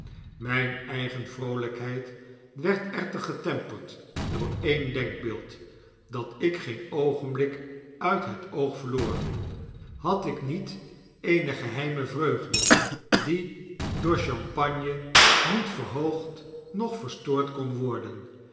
mijne eigene vroolykheid werd echter getempe'rd door een denkbeeld dat ik geen oogenblik uit het oog verloor had ik niet eenegeheime vreugde die door champagne niet verhoogd noch verstoord kon worden